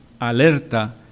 alerta